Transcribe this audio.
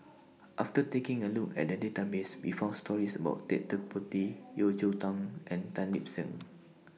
after taking A Look At The Database We found stories about Ted De Ponti Yeo Cheow Tong and Tan Lip Seng